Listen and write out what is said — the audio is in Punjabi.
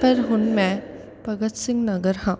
ਪਰ ਹੁਣ ਮੈਂ ਭਗਤ ਸਿੰਘ ਨਗਰ ਹਾਂ